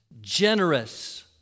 generous